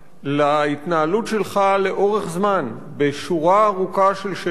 על ההתנהלות שלך לאורך זמן בשורה ארוכה של שאלות,